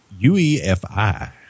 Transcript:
UEFI